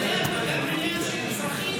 זה גם עניין של צרכים,